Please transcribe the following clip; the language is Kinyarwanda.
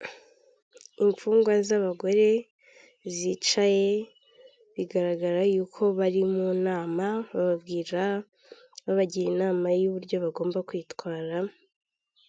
Imfungwa z'abagore zicaye bigaragara yuko bari mu nama bababwira, babagira inama y'uburyo bagomba kwitwara.